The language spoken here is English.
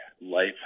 life